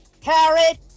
carrot